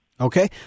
Okay